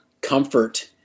comfort